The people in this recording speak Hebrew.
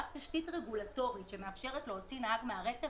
רק תשתית רגולטורית שמאפשרת להוציא נהג מהרכב,